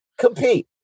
Compete